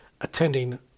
attending